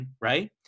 right